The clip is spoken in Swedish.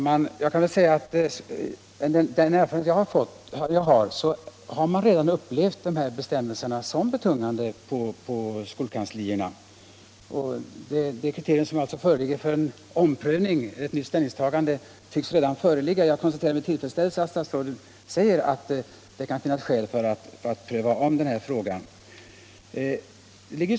Fru talman! Enligt min erfarenhet har man redan på skolkanslierna upplevt dessa bestämmelser såsom betungande. Ett kriterium för en omprövning eller ett nytt ställningstagande tycks redan föreligga. Jag konstaterar med tillfredsställelse att statsrådet säger att det kan finnas skäl att ompröva denna fråga.